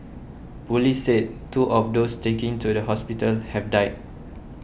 police said two of those taken to the hospital have died